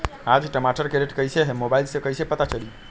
आज टमाटर के रेट कईसे हैं मोबाईल से कईसे पता चली?